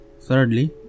thirdly